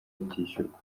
byishyurwa